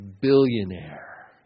billionaire